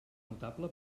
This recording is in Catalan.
notable